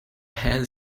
had